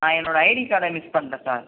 நான் என்னோடய ஐடி கார்டை மிஸ் பண்ணிட்டேன் சார்